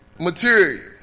material